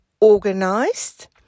organized